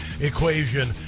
equation